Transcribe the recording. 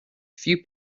few